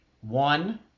One